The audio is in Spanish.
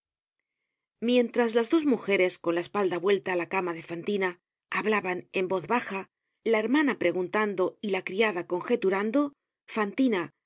mientras las dos mujeres con la espalda vuelta á la cama de fantina hablaban en voz baja la hermana preguntando y la criada conjeturando